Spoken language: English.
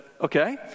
Okay